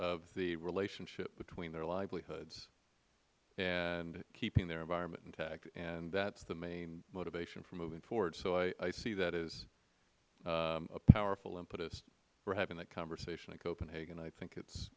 of the relationship between their livelihoods and keeping their environment intact and that is the main motivation for moving forward i see that as a powerful impetus for having that conversation in copenhagen i think it